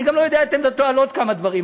אני גם לא יודע את עמדתו בעוד כמה דברים,